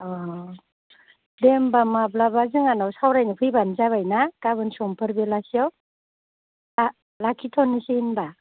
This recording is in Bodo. अ दे होनबा माब्लाबा जोंहानाव सावरायनो फैबानो जाबाय ना गाबोन समफोर बेलासियाव लाखिथ'निसै होनबा